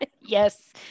Yes